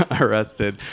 arrested